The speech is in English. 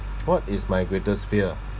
what is my greatest fear